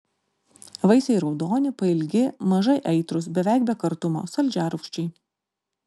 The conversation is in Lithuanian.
vaisiai raudoni pailgi mažai aitrūs beveik be kartumo saldžiarūgščiai